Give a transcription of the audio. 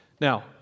Now